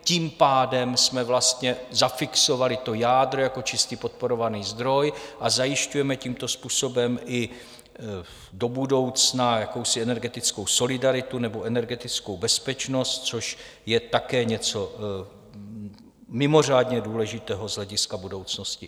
Tím pádem jsme vlastně zafixovali jádro jako čistý podporovaný zdroj a zajišťujeme tímto způsobem i do budoucna jakousi energetickou solidaritu nebo energetickou bezpečnost, což je také něco mimořádně důležitého z hlediska budoucnosti.